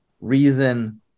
reason